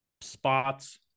spots